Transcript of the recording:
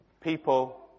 People